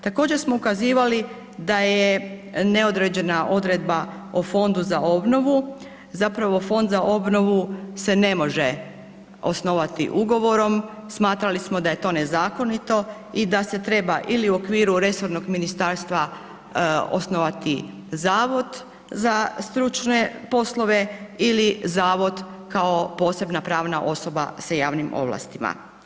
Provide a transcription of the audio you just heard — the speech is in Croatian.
Također smo ukazivali da je neodređena odredba o Fondu za obnovu, zapravo Fond za obnovu se ne može osnovati ugovorom, smatrali smo da je to nezakonito i da se treba ili u okviru resornog ministarstva osnovati zavod za stručne poslove ili zavod kao posebna pravna osoba sa javnim ovlastima.